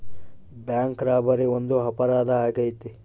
bank robbery ಒಂದು ಅಪರಾಧ ಆಗೈತೆ